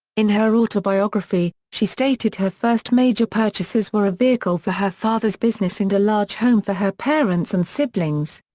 in her autobiography, she stated her first major purchases were a vehicle for her father's business and a large home for her parents and siblings.